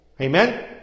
Amen